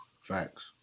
facts